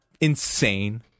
insane